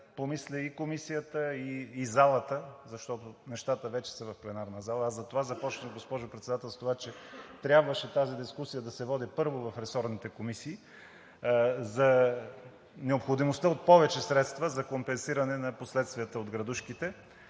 помисли и Комисията, и залата, защото нещата вече са в пленарната зала. Аз затова започнах, госпожо Председател, с това, че трябваше тази дискусия да се води първо в ресорните комисии – за необходимостта от повече средства за компенсиране на последствията от градушките